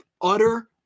utter